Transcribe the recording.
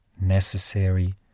necessary